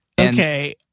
okay